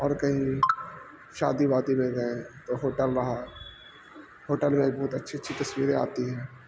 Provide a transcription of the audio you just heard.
اور کہیں شادی وادی میں گئے تو ہوٹل رہا ہوٹل میں بہت اچھی اچھی تصویریں آتی ہیں